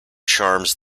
charms